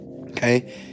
Okay